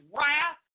wrath